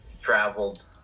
traveled